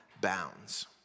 bounds